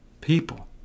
people